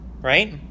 right